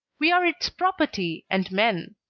we are its property and men.